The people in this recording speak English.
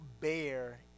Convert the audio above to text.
bear